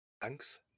Thanks